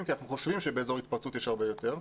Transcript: כי אנחנו חושבים שבאזור התפרצות יש הרבה יותר,